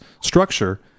structure